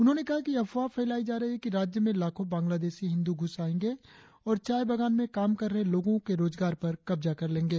उन्होंने कहा कि यह अफवाह फैलाई जा रही है कि राज्य में लाखों बंगलादेशी हिंदू घुस जाएंगे और चाय बागान में काम कर रहे लोगों के गेजगार पर कब्जा कर लेंगे